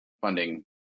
funding